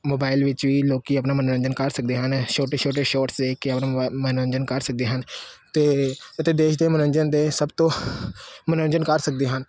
mobile ਵਿੱਚ ਵੀ ਲੋਕ ਆਪਣਾ ਮਨੋਰੰਜਨ ਕਰ ਸਕਦੇ ਹਨ ਛੋਟੇ ਛੋਟੇ ਸ਼ੋਟਸ ਦੇਖ ਕੇ ਆਪਣਾ ਮ ਮਨੋਰੰਜਨ ਕਰ ਸਕਦੇ ਹਨ ਤੇ ਅਤੇ ਦੇਸ਼ ਦੇ ਮਨੋਰੰਜਨ ਦੇ ਸਭ ਤੋਂ ਮਨੋਰੰਜਨ ਕਰ ਸਕਦੇ ਹਨ